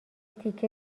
تیکه